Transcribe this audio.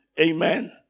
Amen